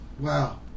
Wow